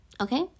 Okay